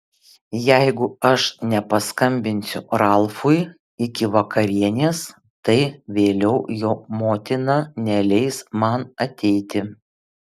jeigu aš nepaskambinsiu ralfui iki vakarienės tai vėliau jo motina neleis man ateiti